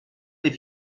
des